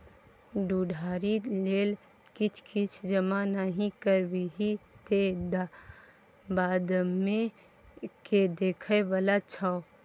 बुढ़ारी लेल किछ किछ जमा नहि करबिही तँ बादमे के देखय बला छौ?